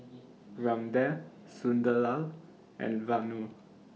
Ramdev Sunderlal and Vanu